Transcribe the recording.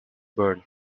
burned